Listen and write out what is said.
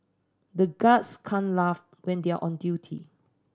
the guards can't laugh when they are on duty